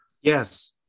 Yes